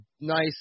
nice